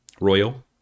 Royal